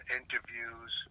interviews